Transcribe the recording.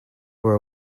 were